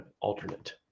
alternate